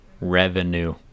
Revenue